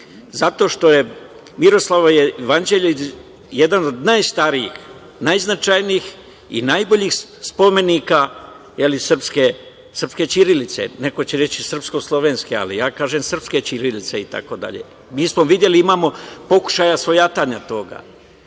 zato što je Miroslavljevo jevanđelje jedan od najstarijih, najznačajnijih i najboljih spomenika srpske ćirilice. Neko će reći srpsko-slovenske, ali ja kažem srpske ćirilice itd. Mi smo videli, imamo pokušaja svojatanja toga. Moram